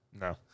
No